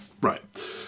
right